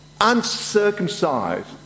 Uncircumcised